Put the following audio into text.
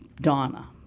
Donna